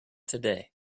today